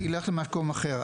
אם לא ניתן לזה, ילך למקום אחר.